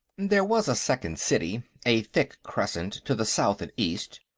there was a second city, a thick crescent, to the south and east.